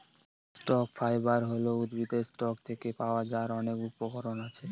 stock fibre হল উদ্ভিদের stalk থেকে পাওয়া যার অনেক উপকরণ আছে